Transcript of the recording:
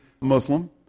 Muslim